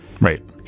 Right